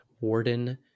Warden